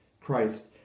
Christ